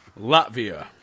Latvia